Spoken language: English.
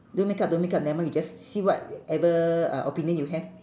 do makeup do makeup nevermind we just see whatever uh opinion you have